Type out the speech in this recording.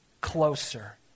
closer